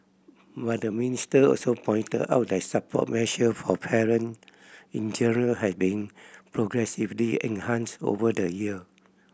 but the minister also pointed out that support measure for parent in general had been progressively enhanced over the year